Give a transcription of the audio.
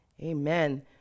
Amen